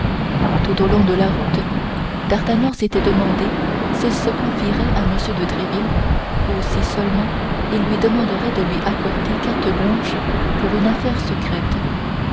tout le long de la route d'artagnan s'était demandé s'il se confierait à m de tréville ou si seulement il lui demanderait de lui accorder carte blanche pour une affaire secrète